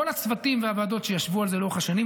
כל הצוותים והוועדות שישבו על זה לאורך השנים,